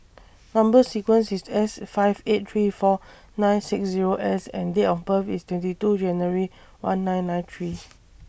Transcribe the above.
Number sequence IS S five eight three four nine six Zero S and Date of birth IS twenty two January one nine nine three's